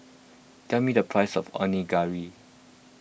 tell me the price of Onigiri